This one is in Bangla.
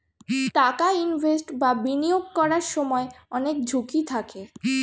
টাকা ইনভেস্ট বা বিনিয়োগ করার সময় অনেক ঝুঁকি থাকে